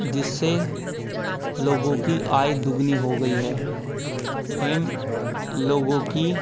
जिससे लोगों की आय दुगनी हो गई है एवम् लोगों की